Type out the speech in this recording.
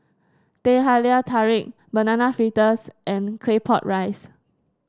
Teh Halia Tarik Banana Fritters and Claypot Rice